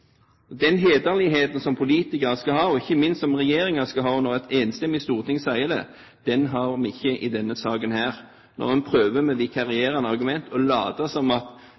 Den hederligheten som politikere skal ha, som ikke minst regjeringen skal ha, også når et enstemmig storting sier det, ser vi ikke i denne saken. En prøver nå med vikarierende argument å late som